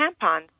tampons